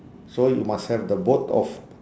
so you must have the both of